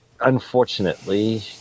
unfortunately